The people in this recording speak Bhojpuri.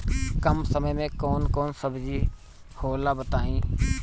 कम समय में कौन कौन सब्जी होला बताई?